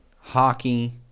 hockey